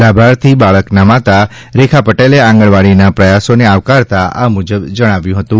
લાભાર્થી બાળકના માતા રેખા પેટેલે આંગણવાડીના પ્રયાસોને આવકારતા આ મુજબ જણાવ્યું હતું